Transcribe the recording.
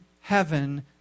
heaven